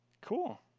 Cool